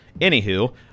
Anywho